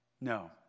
No